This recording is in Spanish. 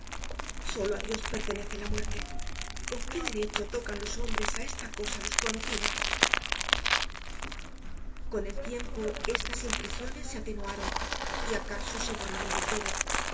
solo á dios pertenece la muerte con qué derecho tocan los hombres á esta cosa desconocida con el tiempo estas impresiones se atenuaron y acaso se borraron del todo sin